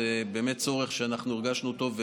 זה צורך שאנחנו הרגשנו טוב.